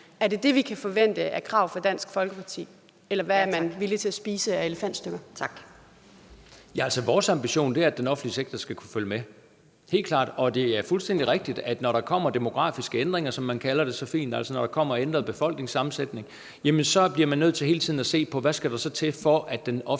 er det det, vi kan forvente som krav fra Dansk Folkepartis side, eller hvad er man villig til at spise af elefantstykker? Kl. 11:18 Formanden (Pia Kjærsgaard): Tak. Kl. 11:18 Kristian Thulesen Dahl (DF): Vores ambition er, at den offentlige sektor skal kunne følge med. Helt klart. Og det er fuldstændig rigtigt, at når der kommer demografiske ændringer, som man så fint kalder det, altså når der kommer ændret befolkningssammensætning, så bliver man nødt til hele tiden at se på, hvad der så skal til, for at den offentlige sektor